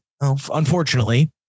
unfortunately